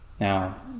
Now